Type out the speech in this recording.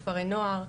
כפרי נוער.